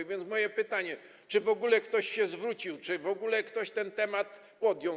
A więc pytanie: Czy w ogóle ktoś się zwrócił, czy w ogóle ktoś ten temat podjął?